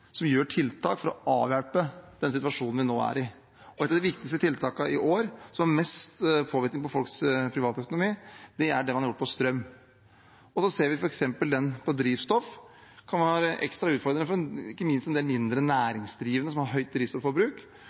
som gjør tiltak for å avhjelpe den situasjonen vi nå er i. Et av de viktigste tiltakene i år som har mest påvirkning på folks privatøkonomi, er det man har gjort på strøm. Så ser vi f.eks. at drivstoffprisene kan være ekstra utfordrende, ikke minst for en del mindre næringsdrivende som har høyt